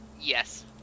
Yes